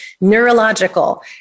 neurological